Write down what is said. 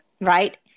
Right